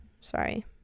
Sorry